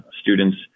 students